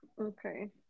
Okay